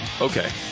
okay